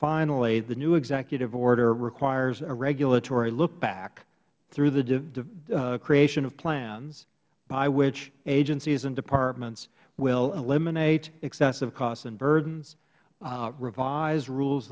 finally the new executive order requires a regulatory look back through the creation of plans by which agencies and departments will eliminate excessive costs and burdens revise rules